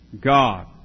God